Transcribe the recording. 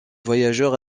voyageurs